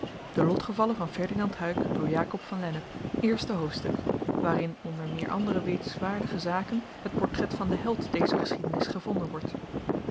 inhoud inleiding hoofdstuk waarin onder meer andere wetenswaardige zaken het portret van den held dezer geschiedenis gevonden wordt